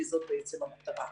כי זו בעצם המטרה,